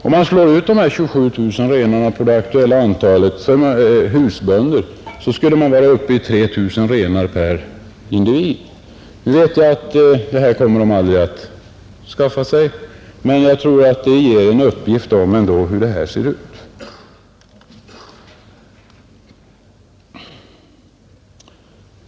Om man slår ut de 27 000 renarna på det aktuella antalet husbönder, skulle man vara uppe i 300 renar per individ. Nu vet jag att de aldrig kommer att skaffa sig så många renar, men jag tror att det ger en uppfattning om hur det här ligger till.